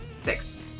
Six